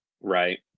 Right